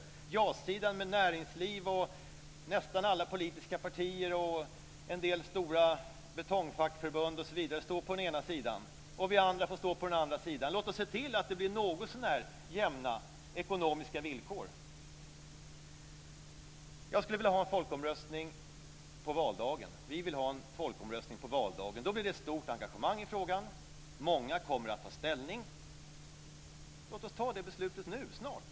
Ja-sidan med näringslivet, nästan alla politiska partier och en del stora betongfackförbund osv. står på den ena sidan. Vi andra får stå på den andra sidan. Låt oss se till att det blir något så när jämna ekonomiska villkor! Jag skulle vilja ha en folkomröstning på valdagen. Vi vill ha en folkomröstning på valdagen. Då blir det ett stort engagemang i frågan. Många kommer att ta ställning. Låt oss fatta det beslutet snart!